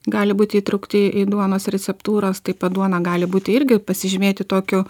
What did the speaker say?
gali būti įtraukti į duonos receptūras taip pat duona gali būti irgi pasižymėti tokiu